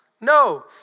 No